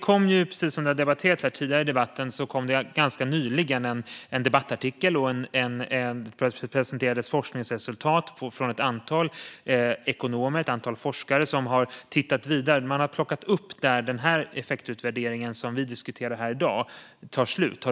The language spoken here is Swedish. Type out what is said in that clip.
Som tidigare nämnts presenterade ett antal ekonomer och forskare ganska nyligen forskningsresultat på DN Debatt som tar vid där den effektutvärdering vi nu debatterar tar slut.